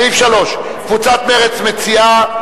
סעיף 3, קבוצת מרצ מציעה.